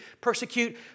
persecute